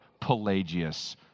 Pelagius